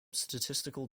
statistical